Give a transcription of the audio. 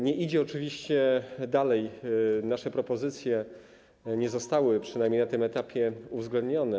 Nie idzie oczywiście dalej, nasze propozycje nie zostały, przynajmniej na tym etapie, uwzględnione.